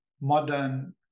modern